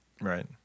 Right